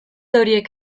horiek